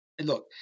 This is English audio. Look